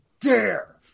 dare